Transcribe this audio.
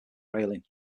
railing